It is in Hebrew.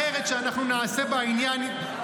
כשחוק הרדיו או פעולה אחרת שאנחנו נעשה בעניין יקרו,